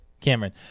Cameron